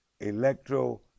electro